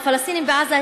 הפלסטינים בעזה,